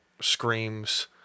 screams